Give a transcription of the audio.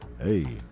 hey